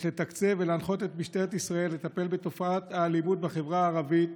יש לתקצב ולהנחות את משטרת ישראל לטפל בתופעת האלימות בחברה הערבית,